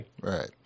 Right